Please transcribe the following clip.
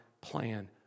plan